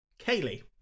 Kaylee